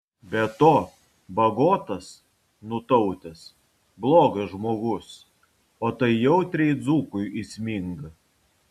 be to bagotas nutautęs blogas žmogus o tai jautriai dzūkui įsminga